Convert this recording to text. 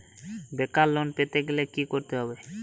বেকার লোন পেতে গেলে কি করতে হবে?